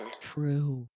true